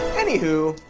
anyhoo.